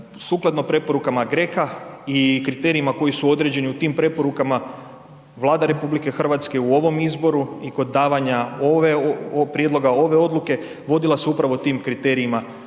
sukladno preporukama GRACO-a i kriterijima koji su određeni u tim preporukama Vlada RH u ovom izboru i kod davanja prijedloga ove odluke vodila se upravo tim krit4erijma koje